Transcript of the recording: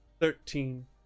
thirteen